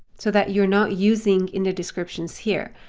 so that you're not using in the descriptions here.